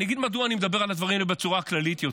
אני אגיד מדוע אני מדבר על הדברים בצורה כללית יותר.